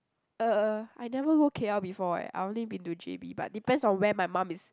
uh I never go K_L before eh I only been to J_B but depends on where my mum is